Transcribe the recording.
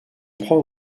proie